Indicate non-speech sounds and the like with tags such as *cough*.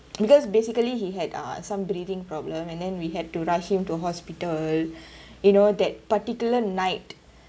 because basically he had uh some breathing problem and then we had to rush him to hospital *breath* you know that particular night